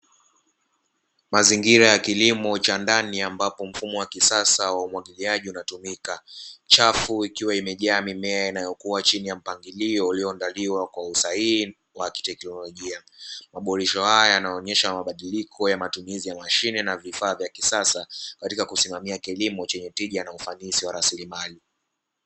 Mazingira ya kilimo cha ndani ambapo mfumo wa kisasa wa umwajiliaji unatumika chafu ikiwa imejaa mimea ikiwa chini ya mpangilio ulioandaliwa kwa usahihi wa tekinologia. Maboresho haya yanaonyesha mabadiliko ya mashine na matumizi ya mashine ya kisasa katika kusimamia kilimo chenye tija na ufanisi wa rasilimali.